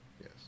Yes